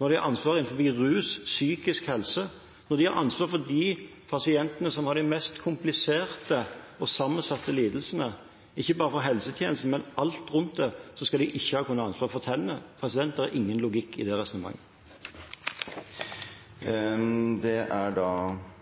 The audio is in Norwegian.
når de har ansvar for rus og psykisk helse, når de har ansvar for de pasientene som har de mest kompliserte og sammensatte lidelsene – altså ikke bare for helsetjenesten, men alt rundt det – så skal de ikke kunne ha ansvar for tennene. Det er ingen logikk i det resonnementet. Men stemmer det ikke at det nå er